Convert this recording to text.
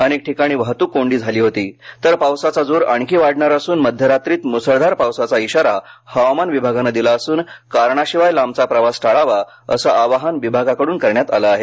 अनेक ठिकाणी वाहत्रक कोंडी झाली होती तर पावसाचा जोर आणखी वाढणार अस्रन मध्यरात्रीत मुसळधार पावसाचा इशारा हवामान विभागान दिला असून कारणा शिवाय लांबचा प्रवास टाळावा असं आवाहन विभागाकडून करण्यात आलं आहे